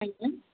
हओम्